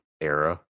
era